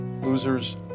losers